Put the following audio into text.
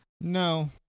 No